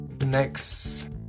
next